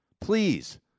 Please